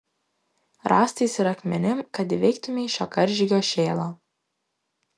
rąstais ir akmenim kad įveiktumei šio karžygio šėlą